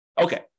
Okay